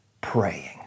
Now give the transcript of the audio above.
praying